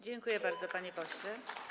Dziękuję bardzo, panie pośle.